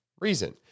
reason